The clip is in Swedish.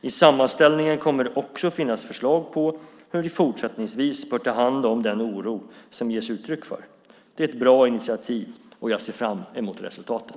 I sammanställningen kommer det också att finnas förslag på hur vi fortsättningsvis bör ta om hand den oro som ges uttryck för. Det är ett bra initiativ, och jag ser fram emot resultatet.